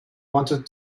wanted